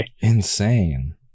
Insane